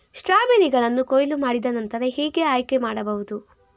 ಸ್ಟ್ರಾಬೆರಿಗಳನ್ನು ಕೊಯ್ಲು ಮಾಡಿದ ನಂತರ ಹೇಗೆ ಆಯ್ಕೆ ಮಾಡಬಹುದು?